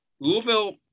Louisville